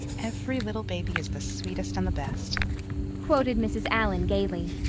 every little baby is the sweetest and the best quoted mrs. allan gaily.